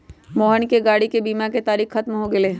मोहन के गाड़ी के बीमा के तारिक ख़त्म हो गैले है